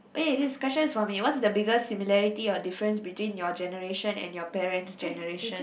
eh this question is for me what's the biggest similarity or difference between your generation and your parent's generation